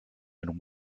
and